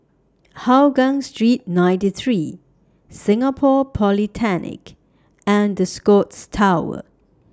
Hougang Street ninety three Singapore Polytechnic and The Scotts Tower